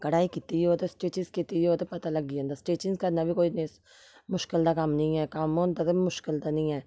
कढाई कीती दी होऐ ते स्टिचिज कीती दी होऐ ते पता लगी जंदा स्टिचिंग करना बी कोई इन्नी मुश्कल दा कम्म निं ऐ कम्म होंदा ते मुश्कल दा निं ऐ